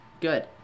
Good